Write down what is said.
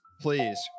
please